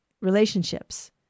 relationships